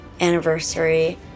anniversary